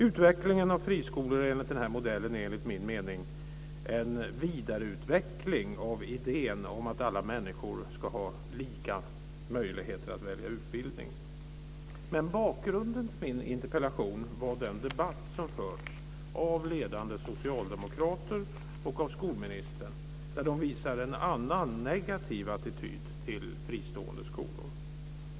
Utvecklingen av friskolor enligt den här modellen är enligt min mening en vidareutveckling av idén om att alla människor ska ha lika möjligheter att välja utbildning. Bakgrunden till min interpellation var den debatt som förts av ledande socialdemokrater och av skolministern där de visar en annan, negativ attityd till fristående skolor.